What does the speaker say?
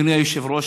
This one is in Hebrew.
אדוני היושב-ראש,